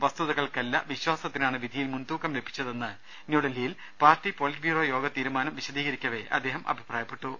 വസ്തുത കൾക്കല്ല വിശ്വാസത്തിനാണ് വിധിയിൽ മുൻതൂക്കം ലഭിച്ചതെന്ന് ന്യൂഡൽഹി യിൽ പാർട്ടി പൊളിറ്റ് ബ്യൂറോ തീരുമാനം വിശദീകരിക്കവെ അദ്ദേഹം അഭി പ്രായപ്പെട്ടു